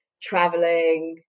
traveling